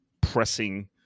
pressing